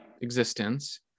existence